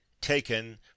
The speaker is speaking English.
taken